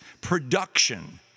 production